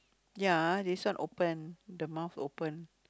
ya this one open the mouth open